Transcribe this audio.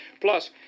Plus